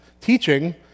teaching